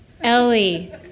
Ellie